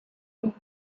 eight